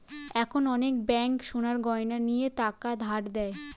এখন অনেক ব্যাঙ্ক সোনার গয়না নিয়ে টাকা ধার দেয়